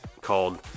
called